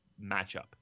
matchup